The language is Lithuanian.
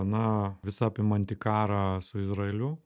na visą apimanti karą su izraeliu